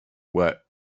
were